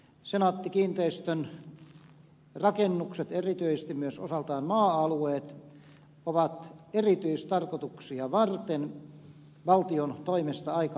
senaatti kiinteistöjen rakennukset erityisesti myös osaltaan maa alueet ovat erityistarkoituksia varten valtion toimesta aikanaan syntyneet